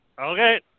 Okay